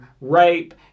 rape